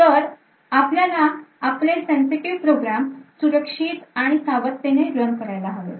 तर आपल्याला आपले sensitive program सुरक्षित आणि सावधतेने रन करायला हवेत